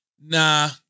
nah